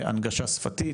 הנגשה שפתית,